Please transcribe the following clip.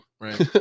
right